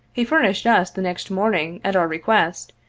he furnished us the next morning, at our request,